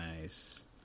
nice